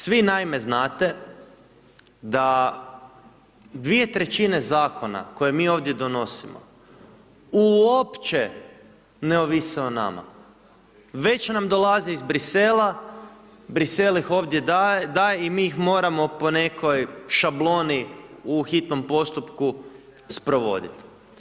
Svi, naime, znate da 2/3 zakona koje mi ovdje donosimo uopće ne ovise o nama, već nam dolaze iz Brisela, Brisel ih ovdje daje, da i mi ih moramo po nekoj šabloni u hitnom postupku sprovodit.